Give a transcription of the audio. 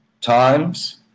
times